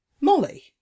Molly